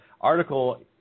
article